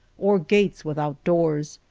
or gates without doors,